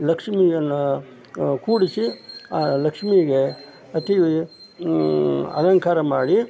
ಲಕ್ಷ್ಮಿಯನ್ನು ಕೂರಿಸಿ ಆ ಲಕ್ಷ್ಮಿಗೆ ಅತಿ ಅಲಂಕಾರ ಮಾಡಿ